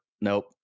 Nope